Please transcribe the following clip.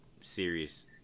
serious